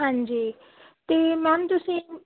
ਹਾਂਜੀ ਅਤੇ ਮੈਮ ਤੁਸੀਂ